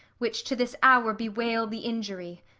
which to this hour bewail the injury,